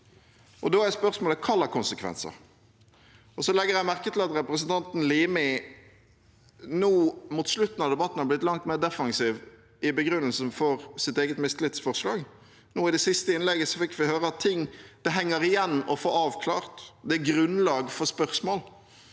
Da er spørsmålet: Hva slags konsekvenser? Jeg legger merke til at representanten Limi nå mot slutten av debatten har blitt langt mer defensiv i begrunnelsen for sitt eget mistillitsforslag. Nå i det siste innlegget fikk vi høre at noe henger igjen å få avklart, det er grunnlag for spørsmål.